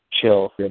Chill